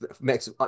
makes